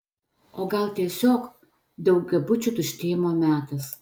o gal tiesiog daugiabučių tuštėjimo metas